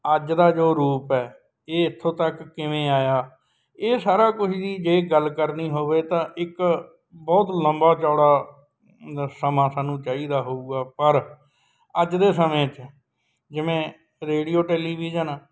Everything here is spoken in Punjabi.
ਅੱਜ ਦਾ ਜੋ ਰੂਪ ਹੈ ਇਹ ਇੱਥੋਂ ਤੱਕ ਕਿਵੇਂ ਆਇਆ ਇਹ ਸਾਰਾ ਕੁਛ ਜੀ ਜੇ ਗੱਲ ਕਰਨੀ ਹੋਵੇ ਤਾਂ ਇੱਕ ਬਹੁਤ ਲੰਬਾ ਚੌੜਾ ਸਮਾਂ ਸਾਨੂੰ ਚਾਹੀਦਾ ਹੋਊਗਾ ਪਰ ਅੱਜ ਦੇ ਸਮੇਂ 'ਚ ਜਿਵੇਂ ਰੇਡੀਓ ਟੈਲੀਵਿਜ਼ਨ